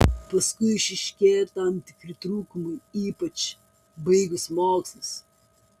paskui išryškėjo tam tikri trūkumai ypač baigus mokslus